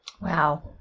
Wow